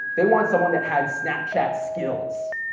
they want someone that has snapchat skills,